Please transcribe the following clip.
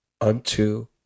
unto